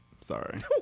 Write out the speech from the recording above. Sorry